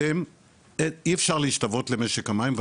אתם אי אפשר להשתוות למשק המים.